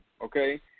okay